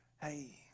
Hey